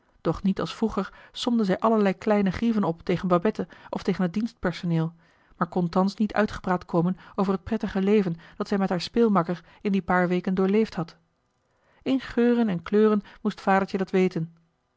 doch niet als vroeger somde zij allerlei kleine grieven op tegen babette of tegen het dienstpersoneel maar kon thans niet uitgepraat komen over het prettige leven dat zij met haar speelmakker in joh h been paddeltje de scheepsjongen van michiel de ruijter die paar weken doorleefd had in geuren en kleuren moest vadertje dat weten